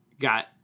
got